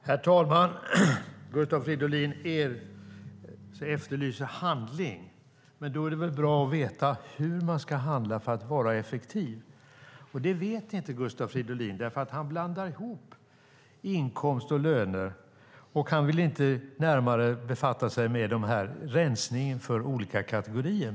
Herr talman! Gustav Fridolin efterlyser handling. Då är det väl bra att veta hur man ska handla för att vara effektiv. Men det vet inte Gustav Fridolin, för han blandar ihop inkomst och löner och vill inte närmare befatta sig med rensningen för olika kategorier.